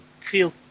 feel